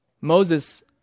Moses